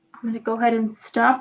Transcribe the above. i'm gonna go ahead and stop